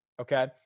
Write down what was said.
Okay